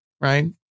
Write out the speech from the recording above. right